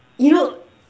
you know